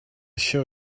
show